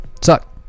Suck